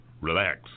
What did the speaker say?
Relax